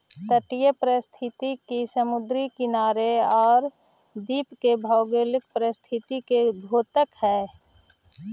तटीय पारिस्थितिकी समुद्री किनारे आउ द्वीप के भौगोलिक परिस्थिति के द्योतक हइ